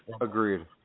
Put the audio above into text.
agreed